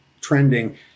trending